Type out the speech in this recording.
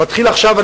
מתחיל עכשיו,